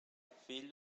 fill